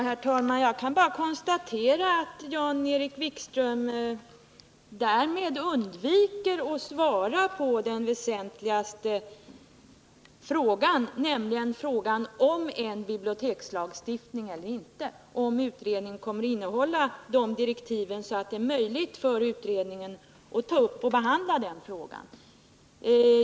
Herr talman! Jag kan bara konstatera att Jan-Erik Wikström därmed undviker att svara på den väsentligaste frågan, nämligen frågan om vi skall ha en bibliotekslagstiftning eller inte; om utredningen kommer att innehålla sådana direktiv att det är möjligt för utredningen att ta upp och behandla den frågan.